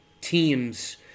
teams